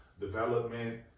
Development